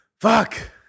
Fuck